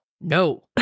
No